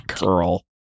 Girl